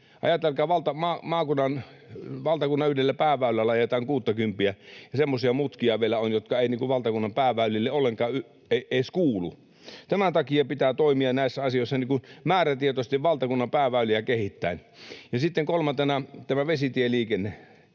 Ajatelkaa, valtakunnan yhdellä pääväylällä ajetaan kuuttakymppiä. Ja semmoisia mutkia vielä on, jotka eivät valtakunnan pääväylille ollenkaan edes kuulu. Tämän takia pitää toimia näissä asioissa määrätietoisesti valtakunnan pääväyliä kehittäen. Ja sitten kolmantena tämä vesitieliikenne.